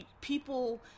people